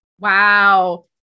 Wow